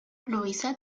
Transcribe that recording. louisa